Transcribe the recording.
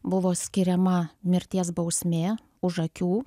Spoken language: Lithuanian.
buvo skiriama mirties bausmė už akių